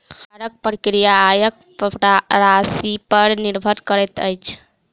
करक प्रक्रिया आयक राशिपर निर्भर करैत अछि